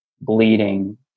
bleeding